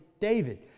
David